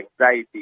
anxiety